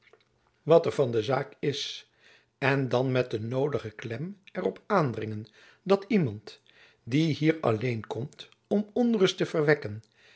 wat er van de zaak is en dan met den noodigen klem er op aandringen dat iemand die hier alleen komt om onrust te verwekken